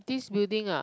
this building ah